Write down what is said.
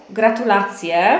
gratulacje